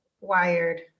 wired